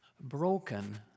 Broken